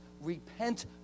Repent